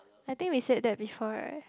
I think we said that before right